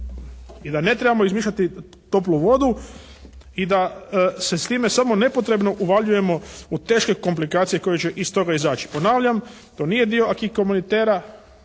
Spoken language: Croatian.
i da ne trebamo izmišljati toplu vodu i da se s time samo nepotrebno uvaljujemo u teške komplikacije koje će iz toga izaći. Ponavljam to nije dio aqus